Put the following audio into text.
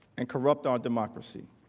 and corrupt our democracy.